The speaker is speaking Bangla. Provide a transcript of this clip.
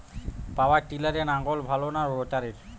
পাওয়ার টিলারে লাঙ্গল ভালো না রোটারের?